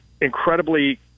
incredibly